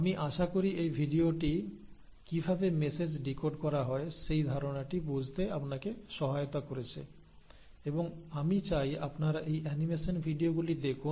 আমি আশা করি এই ভিডিওটি কিভাবে মেসেজ ডিকোড করা হয় সেই ধারণাটি বুঝতে আপনাকে সহায়তা করেছে এবং আমি চাই আপনারা এই অ্যানিমেশন ভিডিওগুলি দেখুন